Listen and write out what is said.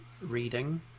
reading